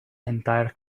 entire